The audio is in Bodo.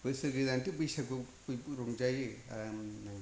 बोसोर गोदानथ' बैसागु बयबो रंजायो आरामनो